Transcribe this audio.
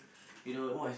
you know